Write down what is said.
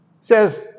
says